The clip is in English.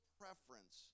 preference